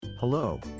Hello